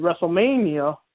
WrestleMania